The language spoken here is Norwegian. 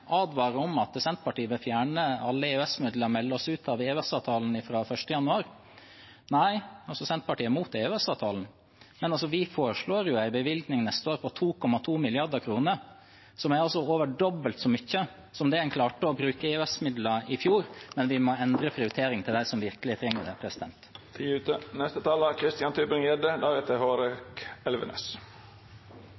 advarer om at Senterpartiet vil fjerne alle EØS-midler og melde oss ut av EØS-avtalen fra 1. januar. Nei. Senterpartiet er imot EØS-avtalen, men vi foreslår en bevilgning neste år på 2,2 mrd. kr, som er over dobbelt så mye som det man klarte å bruke av EØS-midler i fjor. Men vi må endre prioriteringene og gi til dem som virkelig trenger det.